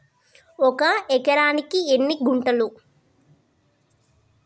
ఒక ఎకరానికి ఎన్ని గుంటలు?